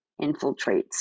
infiltrates